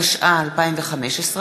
התשע"ה 2015,